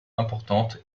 importante